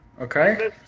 Okay